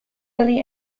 kerry